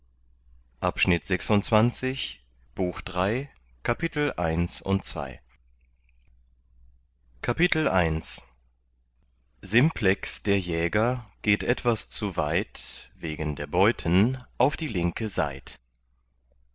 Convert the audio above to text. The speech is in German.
kapitel simplex der jäger geht etwas zu weit wegen der beuten auf die linke